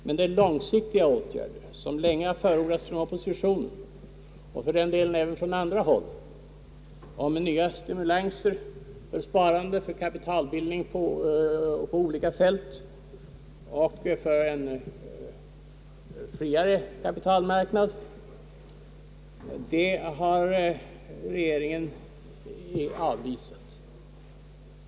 Men de mer långsiktiga åtgärder som länge har förordats från oppositionen och för den delen även från andra håll om nya stimulanser för sparande, för kapitalbildning på olika fält och för en friare kapitalmarknad har regeringen avvisat.